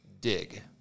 Dig